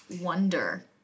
wonder